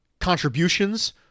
contributions